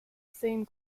same